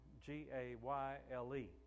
g-a-y-l-e